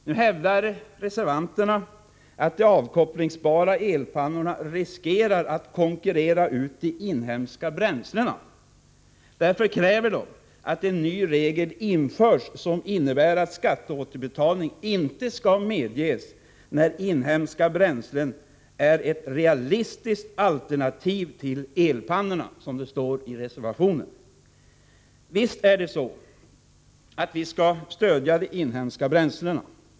Nu hävdar reservanterna att de avkopplingsbara elpannorna riskerar att konkurrera ut de inhemska bränslena. Därför kräver de att en ny regel införs som innebär att skatteåterbetalning inte skall medges när inhemska bränslen är ett realistiskt alternativ till elpannorna. Visst skall vi stödja de inhemska bränslena.